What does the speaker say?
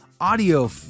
audio